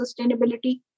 sustainability